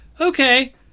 okay